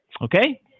okay